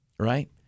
Right